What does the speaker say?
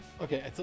okay